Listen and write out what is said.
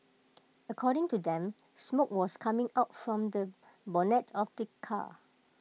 according to them smoke was coming out from the bonnet of the car